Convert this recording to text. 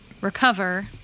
Recover